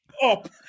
Up